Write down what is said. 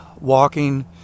walking